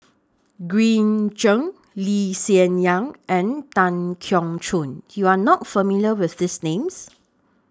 Green Zeng Lee Hsien Yang and Tan Keong Choon YOU Are not familiar with These Names